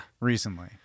recently